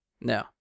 No